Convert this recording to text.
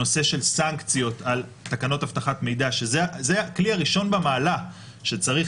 הנושא של סנקציות על תקנות אבטחת מידע זה הכלי הראשון במעלה לטעמנו